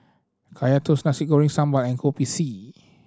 Kaya Toast Nasi Goreng Sambal and Kopi C